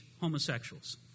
homosexuals